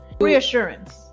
Reassurance